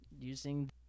using